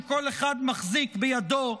שכל אחד מחזיק בידו,